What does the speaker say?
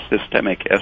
systemic